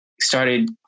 started